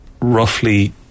roughly